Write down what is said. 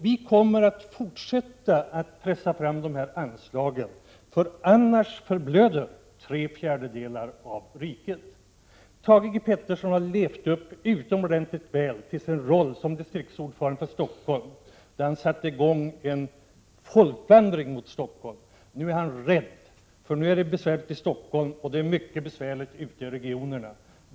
Vi kommer att fortsätta att pressa fram dessa anslag. Annars förblöder tre fjärdedelar av riket. Thage G Peterson har utomordentligt väl levt upp till sin — Prot. 1987/88:43 roll som distriktsordförande för Stockholms socialdemokrater, när han sattei = 11 december 1987 gång en folkvandring mot Stockholm. Nu är han rädd, för nu är det besvärligt. mQjm mom malda i Stockholm, och det är mycket besvärligt ute i regionerna.